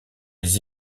les